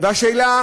השאלה